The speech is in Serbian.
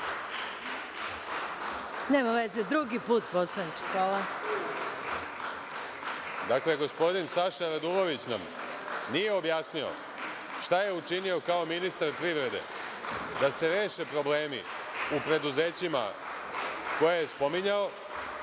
**Aleksandar Martinović** Dakle, gospodin Saša Radulović nam nije objasnio šta je učinio kao ministar privrede da se reše problemi u preduzećima koja je spominjao